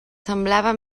semblava